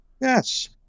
Yes